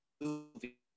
movie